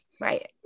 Right